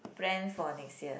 plan for next year